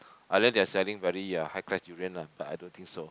unless they are selling very uh high class durian lah but I don't think so